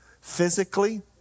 physically